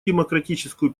демократическую